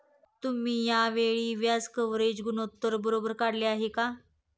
तुम्ही या वेळी व्याज कव्हरेज गुणोत्तर बरोबर काढले आहे का?